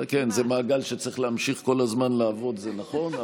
כן, זה מעגל שצריך להמשיך כל הזמן לעבוד, זה נכון.